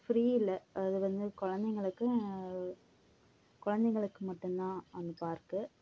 free இல்லை அது வந்து குழந்தைங்களுக்கும் குழந்தைங்களுக்கு மட்டும்தான் அந்த பார்க்கு